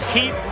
Keep